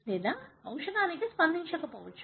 లేదా ఔషధానికి స్పందించకపోవచ్చు